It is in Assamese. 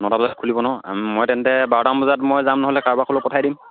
নটা বজাত খুলিব নহ্ মই তেন্তে বাৰটামান বজাত মই যাম নহ'লে কাৰোবাক হ'লেও পঠাই দিম